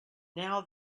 now